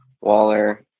Waller